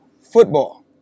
football